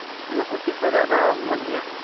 ᱚᱱᱟ ᱯᱚᱸᱪᱤᱥ ᱥᱚ ᱨᱮᱭᱟᱜᱜ ᱫᱚ ᱢᱚᱡᱽ ᱜᱮᱭᱟ